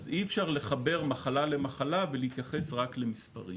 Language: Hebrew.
אי אפשר לחבר מחלה למחלה ולהתייחס רק למספרים